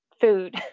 Food